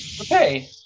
Okay